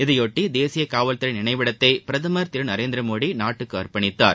இதையொட்டி தேசிய காவல்துறை நினைவிடத்தை பிரதமர் திரு நரேந்திரமோடி நாட்டுக்கு அர்ப்பணித்தார்